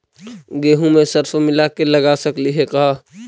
गेहूं मे सरसों मिला के लगा सकली हे का?